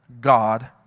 God